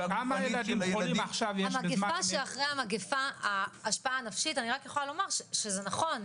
המגפה שאחרי המגפה - ההשפעה הנפשית נכון,